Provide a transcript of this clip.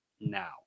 now